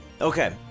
Okay